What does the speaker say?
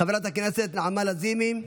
חברת הכנסת נעמה לזימי,